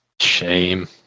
Shame